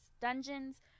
dungeons